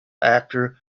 actor